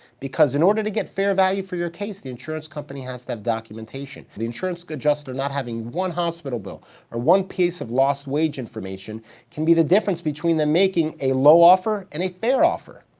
because in order to get fair value for your case, the insurance company has to have documentation. the insurance adjuster not having one hospital bill or one piece of lost wage information can be the difference between them making a low offer and a fair offer.